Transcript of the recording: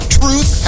truth